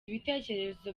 ibitekerezo